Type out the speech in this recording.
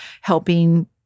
helping